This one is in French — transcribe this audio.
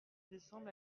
décembre